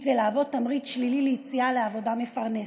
ולהוות תמריץ שלילי ליציאה לעבודה מפרנסת.